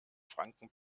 franken